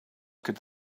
could